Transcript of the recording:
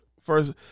First